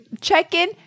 check-in